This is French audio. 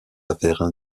affaires